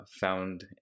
found